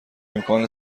امکان